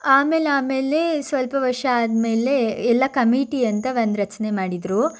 ಆಮೇಲಾಮೇಲೆ ಸ್ವಲ್ಪ ವರ್ಷ ಆದಮೇಲೆ ಎಲ್ಲ ಕಮಿಟಿ ಅಂತ ಒಂದು ರಚನೆ ಮಾಡಿದರು